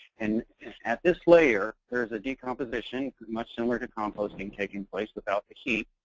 and at this layer, there's a decomposition, much similar to composting taking place, without the heat.